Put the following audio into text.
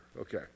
Okay